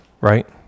Right